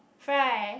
fry